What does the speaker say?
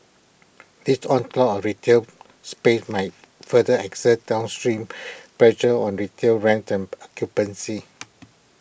this onslaught of retail space might further exert down strain pressure on retail rents and occupancy